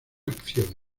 acciones